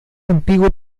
antiguo